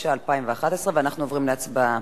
התשע"א 2011. אנחנו עוברים להצבעה